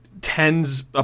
tens